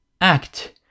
act